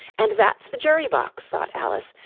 and that's the jury-box thought alice,